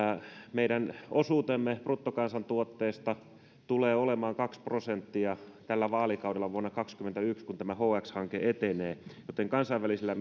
meidän osuutemme bruttokansantuotteesta tulee olemaan kaksi prosenttia tällä vaalikaudella vuonna kaksikymmentäyksi kun tämä hx hanke etenee joten kansainvälisillä